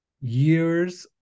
years